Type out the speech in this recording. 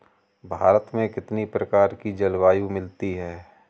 भारत में कितनी प्रकार की जलवायु मिलती है?